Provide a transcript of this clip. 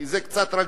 כי זה קצת רגיש,